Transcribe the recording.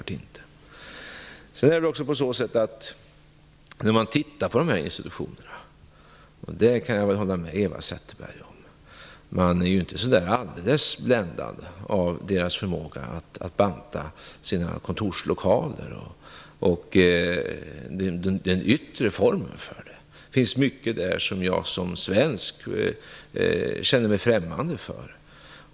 Jag kan hålla med Eva Zetterberg om att man - när man tittar på dessa institutioner - inte blir alldeles bländad av deras förmåga att banta sina kontorslokaler och av den yttre formen. Det finns mycket som jag som svensk känner mig främmande inför.